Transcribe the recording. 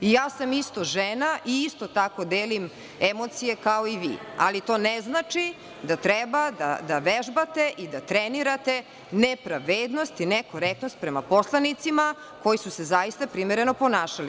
I ja sam isto žena i isto tako delim emocije kao i vi, ali to ne znači da treba da vežbate i trenirate nepravednost i nekorektnost prema poslanicima koji su se zaista primereno ponašali.